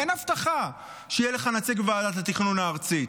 אין הבטחה שיהיה לך נציג בוועדת התכנון הארצית,